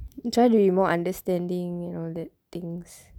try to be more understanding and all that things